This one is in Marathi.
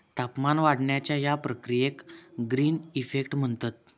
तापमान वाढण्याच्या या प्रक्रियेक ग्रीन इफेक्ट म्हणतत